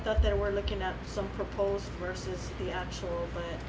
thought they were looking up some proposals versus the actual